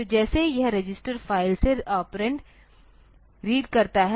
तो जैसे यह रजिस्टर फ़ाइल से ऑपरेंड रीड करता है